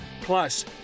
Plus